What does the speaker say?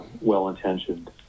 well-intentioned